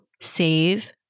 save